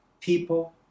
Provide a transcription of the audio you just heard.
people